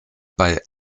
bei